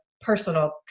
personal